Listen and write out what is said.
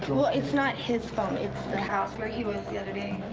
well it's not his phone, it's the house where he was the other day.